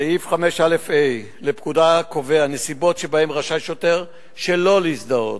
סעיף 5א(ה) לפקודה קובע נסיבות שבהן רשאי שוטר שלא להזדהות,